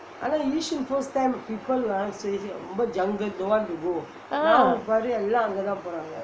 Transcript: ah